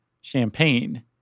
champagne